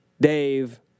Dave